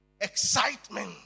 excitement